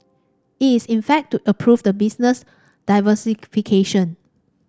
it's in fact to approve the business diversification